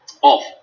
off